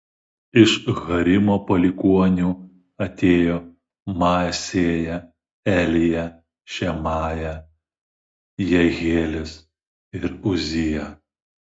iš harimo palikuonių atėjo maasėja elija šemaja jehielis ir uzija